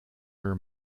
her